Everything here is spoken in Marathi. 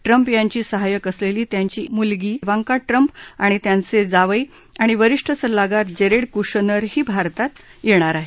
ट्रम्प यांची सहायक असलेली त्यांची मुलगी इवांका ट्रम्प आणि त्यांचे जावई आणि वरिष्ठ सल्लागार जेरेड कुशनरही भारत दौऱ्यावर येत आहेत